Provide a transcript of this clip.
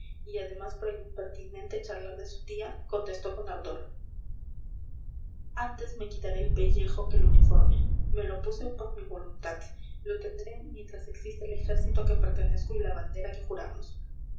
y además por el impertinente charlar de su tía contestó con ardor antes me quitaré el pellejo que el uniforme me lo puse por mi voluntad lo tendré mientras exista el ejército a que pertenezco y la bandera que juramos